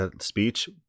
speech